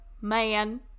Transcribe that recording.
Man